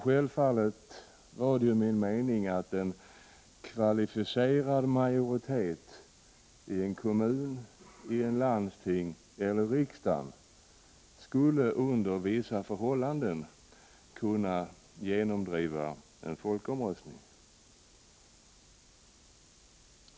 Självfallet var det min mening att en kvalificerad majoritet i en kommun, i ett landsting eller i riksdagen under vissa förhållanden skulle kunna genomdriva en folkomröstning.